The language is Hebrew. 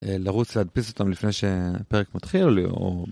לרוץ להדפיס אותם לפני שהפרק מתחיל.